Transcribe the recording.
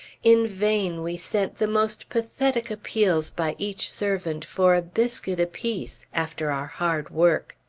in vain we sent the most pathetic appeals by each servant, for a biscuit apiece, after our hard work.